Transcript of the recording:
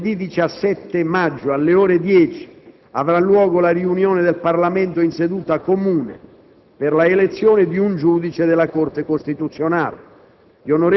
Giovedì 17 maggio, alle ore 10, avrà luogo la riunione del Parlamento in seduta comune per l'elezione di un giudice della Corte costituzionale.